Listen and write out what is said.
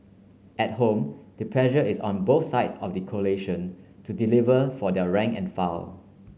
at home the pressure is on both sides of the coalition to deliver for their rank and file